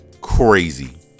Crazy